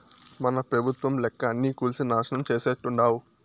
మన పెబుత్వం లెక్క అన్నీ కూల్సి నాశనం చేసేట్టుండావ్